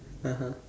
(uh huh)